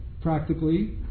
practically